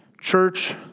Church